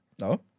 No